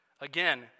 Again